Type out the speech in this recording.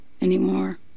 anymore